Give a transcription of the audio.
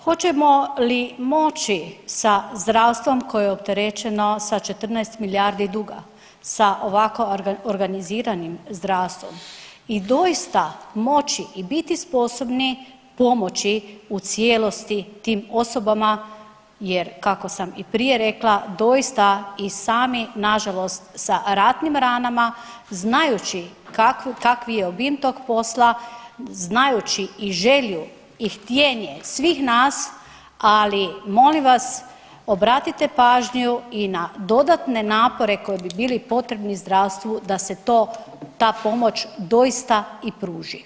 Hoćemo li moći sa zdravstvom koje je opterećeno sa 14 milijardi duga, sa ovako organiziranim zdravstvom i doista moći i biti sposobni pomoći u cijelosti tim osobama jer kako sam i prije rekla doista i sami nažalost sa ratnim ranama znajući kakvi takvi je obim tog posla, znajući i želju i htjenje svih nas, ali molim vas obratite pažnju i na dodatne napore koji bi bili potrebni zdravstvu da se to, ta pomoć doista i pruži.